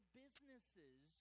businesses